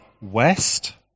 west